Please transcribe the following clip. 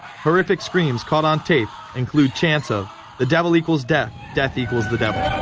horrific screams caught on tape include chants of the devil equals death, death equals the devil.